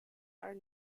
are